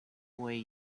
way